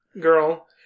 Girl